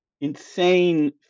insane